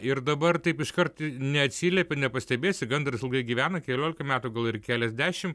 ir dabar taip iškart neatsiliepia nepastebėsi gandras ilgai gyvena keliolika metų gal ir keliasdešim